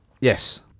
Yes